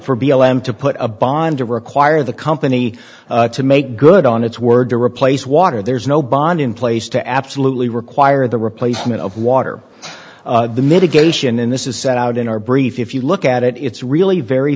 m to put a bond to require the company to make good on its word to replace water there's no bond in place to absolutely require the replacement of water the mitigation in this is set out in our brief if you look at it it's really very